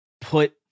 put